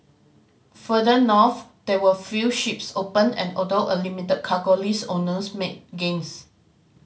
further north there were few ships open and although a limited cargo list owners made gains